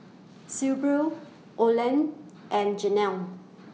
Sibyl Olen and Janel